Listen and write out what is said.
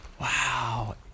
Wow